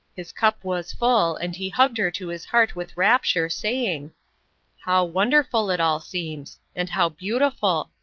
his cup was full, and he hugged her to his heart with rapture, saying how wonderful it all seems, and how beautiful!